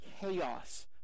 chaos